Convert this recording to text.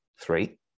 Three